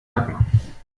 nacken